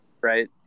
right